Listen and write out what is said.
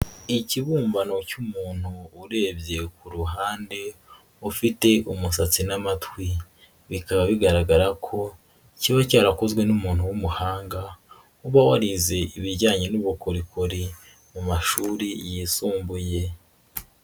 Ikibumbano cy'umuntu urebye ku ruhande ufite umusatsi n'amatwi, bikaba bigaragara ko kiba cyarakozwe n'umuntu w'umuhanga uba warize ibijyanye n'ubukorikori mu mashuri yisumbuye.